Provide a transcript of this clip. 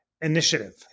initiative